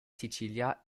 sicilia